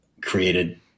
created